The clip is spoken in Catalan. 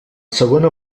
segona